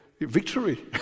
victory